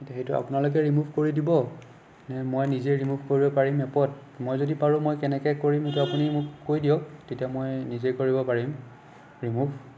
এতিয়া সেইটো আপোনালোকে ৰিম'ভ কৰি দিব নে মই নিজেই ৰিম'ভ কৰিব পাৰিম এপত মই যদি পাৰোঁ মই কেনেকে কৰিম সেইটো আপুনি মোক কৈ দিয়ক তেতিয়া মই নিজেই কৰিব পাৰিম ৰিম'ভ